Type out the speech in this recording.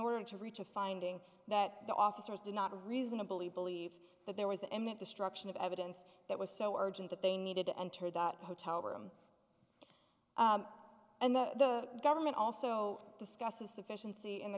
order to reach a finding that the officers did not reasonably believe that there was an imminent destruction of evidence that was so urgent that they needed to enter that hotel room and the government also discusses sufficiency in the